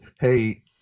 hey